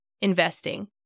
investing